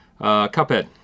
Cuphead